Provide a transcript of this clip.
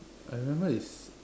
I remember is